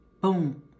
boom